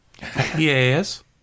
Yes